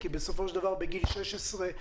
כי בסופו של דבר ילדים כבר בגיל 16 נוסעים